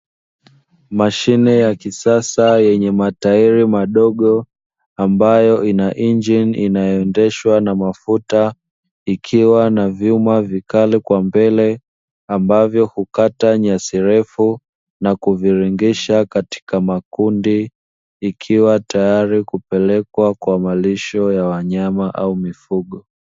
Mashine ya kisasa yenye matairi madogo ambayo ina injini inayoendeshwa na mafuta, ikiwa na vyuma vikali kwa mbele; ambavyo hukata nyasi ndefu na kuviringisha katika makundi, ikiwa tayari kupelekwa kwa malisho ya wanyama au mifugo.